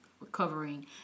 recovering